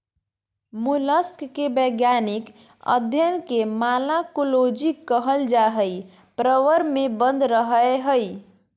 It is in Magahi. मोलस्क के वैज्ञानिक अध्यन के मालाकोलोजी कहल जा हई, प्रवर में बंद रहअ हई